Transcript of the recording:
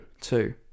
Two